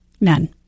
None